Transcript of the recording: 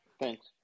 Thanks